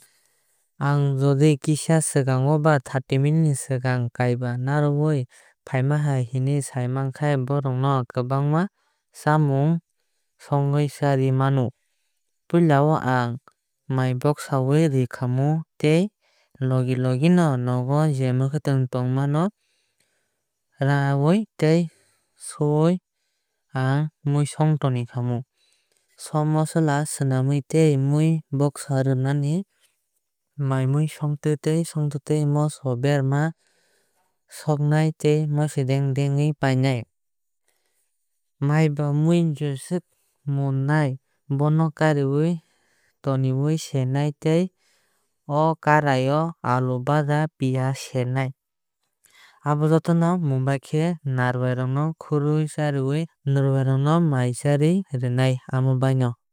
Aang jodi kisa swkang ba thrty minute ni swkang kaiba naruwai faima hinui sai mankhai borok no kwbang chamung songwui charwui mano. Puila o aang mai boksaui rawui tei logi logi no nogo je mwkhwuitung no rawui tei suwui ang mui songwui tonikhamu. Som mosola slamnai tei mui boksai rwnai. Mai mui songtutui no moso berama soknai tei mosodeng dengwui painai. Mai ba mui je swkang mun nai bono kariui tokwui sernai tei o karai o alu baja piyaj sernai. Abo jotono munbaikhai naruwai rok khurui charwui naruwai rok no mai charwui rwnai amobaino.